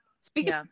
Speaking